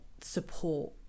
support